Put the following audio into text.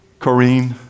Corrine